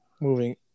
Moving